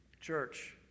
Church